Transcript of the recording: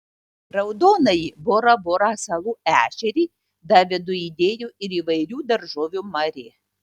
raudonąjį bora bora salų ešerį davidui įdėjo ir įvairių daržovių mari